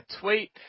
tweet